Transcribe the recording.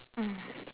mm